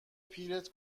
پیرت